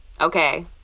Okay